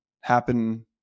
happen